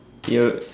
you're a